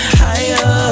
higher